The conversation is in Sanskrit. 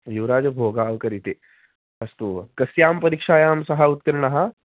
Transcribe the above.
युवराजभोगाव्कर् इति अस्तु कस्यां परीक्षायां सः उत्तीर्णः